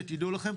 שתדעו לכם,